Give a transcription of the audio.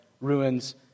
ruins